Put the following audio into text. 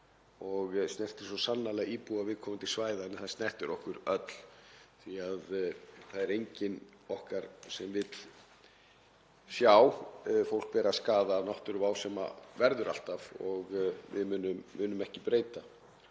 og snertir svo sannarlega íbúa viðkomandi svæða en það snertir okkur öll því að það er ekkert okkar sem vill sjá fólk bera skaða af náttúruvá sem verður alltaf og við munum ekki breyta.